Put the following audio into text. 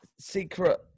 secret